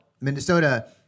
Minnesota